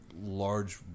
large